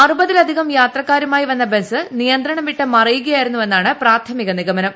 അറുപതിലധികം യാത്രക്കാരുമായി വന്ന ബസ് നിയന്ത്രണം വിട്ട് മറിയുകയായിരുന്നുവെന്നാണ് പ്രാഥമിക നിഗമനം